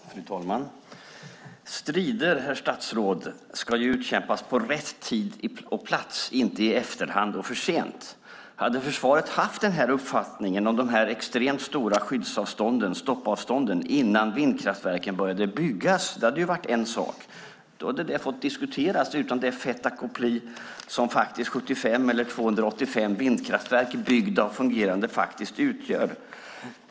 Fru talman! Strider, herr statsråd, ska utkämpas på rätt tid och plats, inte i efterhand och för sent. Hade försvaret haft denna uppfattning om de här extremt stora stoppavstånden innan vindkraftverken började byggas hade det varit en sak. Då hade det fått diskuteras utan det fait accompli som 75 eller 285 byggda och fungerande vindkraftverk faktiskt utgör.